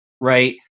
right